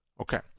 Okay